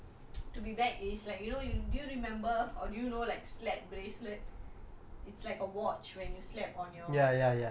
err the toy that I would like to be back is like you know do you remember or do you know like slap bracelet